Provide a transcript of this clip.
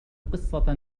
قصة